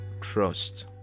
trust